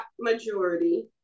majority